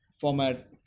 format